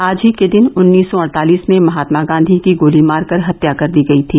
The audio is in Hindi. आज ही के दिन उन्नीस सौ अड़तालिस में महात्मा गांधी की गोली मारकर हत्या कर दी गई थी